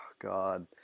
god